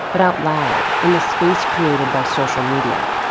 but out loud, in the space created by social media.